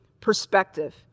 perspective